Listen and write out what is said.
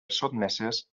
sotmeses